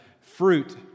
fruit